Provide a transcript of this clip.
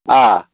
آ